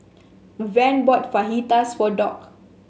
Van bought Fajitas for Dock